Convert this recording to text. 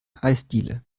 eisdiele